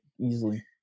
Easily